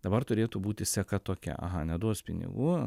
dabar turėtų būti seka tokia aha neduos pinigų